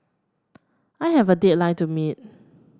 I have a deadline to meet